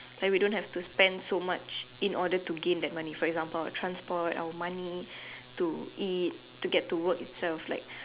like we don't have to spend so much in order to gain that money for example our transport our money to eat to get to work itself like